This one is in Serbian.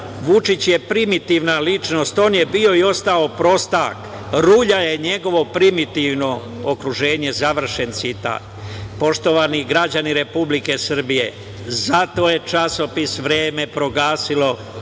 „Vučić je primitivna ličnost, on je bio i ostao prostak, rulja je njegovo primitivno okruženje“, završen citat. Poštovani građani Republike Srbije, zato je časopis „Vreme“ proglasilo